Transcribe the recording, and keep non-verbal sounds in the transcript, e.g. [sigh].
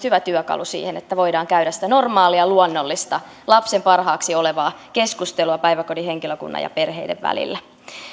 [unintelligible] hyvä työkalu siihen että voidaan käydä sitä normaalia ja luonnollista lapsen parhaaksi olevaa keskustelua päiväkodin henkilökunnan ja perheiden välillä